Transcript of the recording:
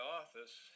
office